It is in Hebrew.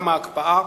גם ההקפאה,